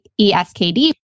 ESKD